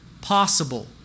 possible